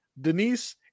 denise